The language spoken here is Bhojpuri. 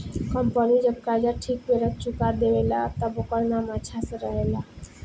कंपनी जब कर्जा ठीक बेरा पर चुका देवे ला तब ओकर नाम अच्छा से रहेला